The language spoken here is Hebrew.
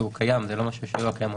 כי הוא קיים, זה לא דבר שלא קיים.